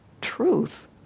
truth